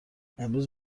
امروز